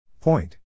Point